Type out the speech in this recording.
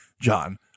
John